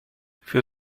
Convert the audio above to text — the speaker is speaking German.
für